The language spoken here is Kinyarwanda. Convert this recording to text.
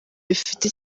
bifite